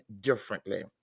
differently